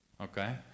Okay